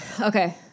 okay